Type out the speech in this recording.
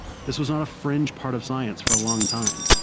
this was not a fringe part of science for a long time.